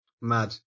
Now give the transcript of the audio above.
mad